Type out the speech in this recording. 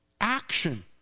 action